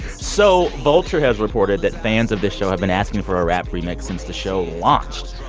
so vulture has reported that fans of the show have been asking for a rap remix since the show launched.